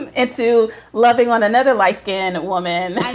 and ah to loving one another life again. woman.